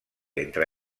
entre